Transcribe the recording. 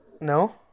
No